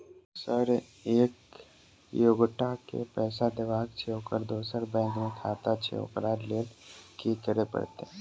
Sir एक एगोटा केँ पैसा देबाक छैय ओकर दोसर बैंक मे खाता छैय ओकरा लैल की करपरतैय?